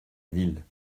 ville